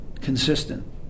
consistent